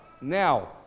now